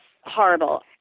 horrible